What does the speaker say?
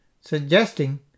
suggesting